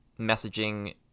messaging